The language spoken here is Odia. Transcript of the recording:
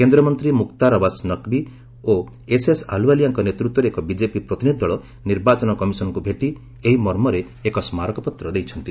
କେନ୍ଦ୍ର ମନ୍ତ୍ରୀ ମ୍ରକ୍ତାର ଆବାସ ନକ୍ବି ଓ ଏସ୍ଏସ୍ ଆଲ୍ଓ୍ବାଲିଆଙ୍କ ନେତୃତ୍ୱରେ ଏକ ବିଜେପି ପ୍ରତିନିଧି ଦଳ ନିର୍ବାଚନ କମିଶନଙ୍କୁ ଭେଟି ଏହି ମର୍ମରେ ଏକ ସ୍କାରକପତ୍ର ଦେଇଛନ୍ତି